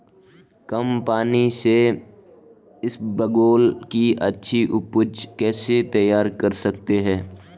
कम पानी से इसबगोल की अच्छी ऊपज कैसे तैयार कर सकते हैं?